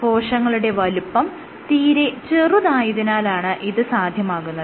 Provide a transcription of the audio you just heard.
കോശങ്ങളുടെ വലുപ്പം തീരെ ചെറുതായതിനാലാണ് ഇത് സാധ്യമാകുന്നത്